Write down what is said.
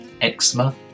eczema